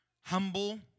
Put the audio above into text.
humble